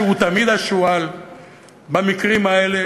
והוא תמיד השועל במקרים האלה.